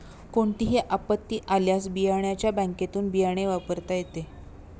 कोणतीही आपत्ती आल्यास बियाण्याच्या बँकेतुन बियाणे वापरता येते